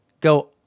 go